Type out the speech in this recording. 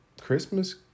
christmas